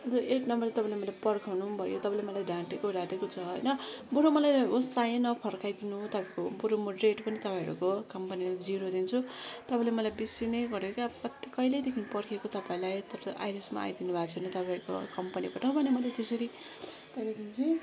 अन्त एक नम्बर त तपाईँले मलाई पर्खाउनु नि भयो तपाईँले मलाई ढाँटेको ढाँटेको छ होइन बरु मलाई उयेस चाहिएन फर्काइदिनु तपाईँको बरु म रेट पनि तपाईँहरूको कम्पनिको जिरो दिन्छु तपाईँले मलाई बेसी नै गऱ्यो क्या कति कहिलेदेखि पर्खिएको तपाईँलाई आहिलेसम्म आइदिनु भएको छैन तपाईँको कम्पनिबाट भने मैले त्यसरी त्यहाँदेखि चाहिँ